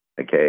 Okay